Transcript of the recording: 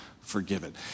forgiven